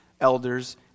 elders